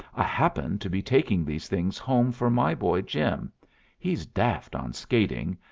i happened to be taking these things home for my boy jim he's daft on skating,